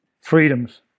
freedoms